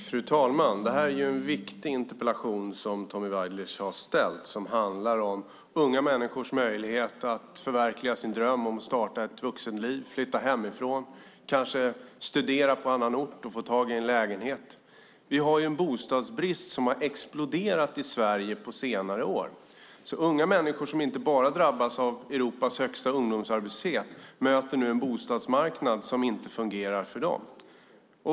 Fru talman! Det är en viktig interpellation Tommy Waidelich ställt. Den handlar om unga människors möjlighet att förverkliga sin dröm om att starta ett vuxenliv, flytta hemifrån, kanske studera på annan ort. Vi har en bostadsbrist i Sverige som exploderat på senare år. Unga människor drabbas alltså inte bara av Europas högsta ungdomsarbetslöshet utan möter också en bostadsmarknad som inte fungerar för dem.